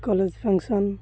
college function